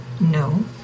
No